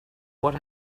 what